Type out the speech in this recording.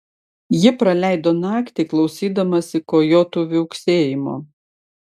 ji praleido naktį klausydamasi kojotų viauksėjimo